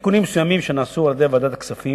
לתיקונים מסוימים שנעשו על-ידי ועדת הכספים